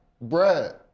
Brad